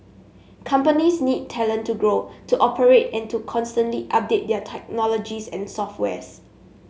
companies need talent to grow to operate and to constantly update their technologies and software's